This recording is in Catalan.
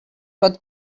pot